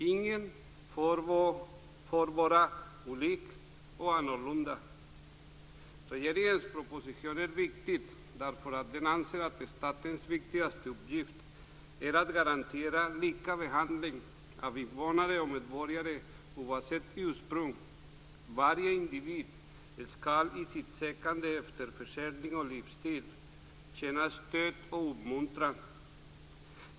Ingen får vara olik och annorlunda. Regeringens proposition är viktig därför att det i den anges att statens viktigaste uppgift är att garantera lika behandling av invånare och medborgare oavsett ursprung. Varje individ skall i sitt sökande efter försörjning och livsstil känna stöd och uppmuntran.